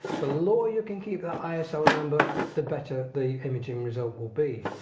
the lower you can keep the iso number the better the imaging result will be.